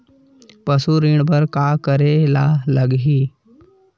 पशु ऋण बर का करे ला लगही?